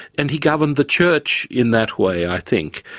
and he governed the church in that way i think.